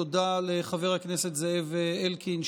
תודה לחבר הכנסת זאב אלקין,